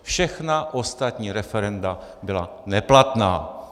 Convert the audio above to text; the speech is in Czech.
Všechna ostatní referenda byla neplatná.